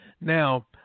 Now